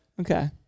Okay